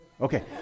Okay